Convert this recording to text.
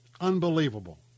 Unbelievable